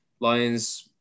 Lions